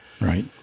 Right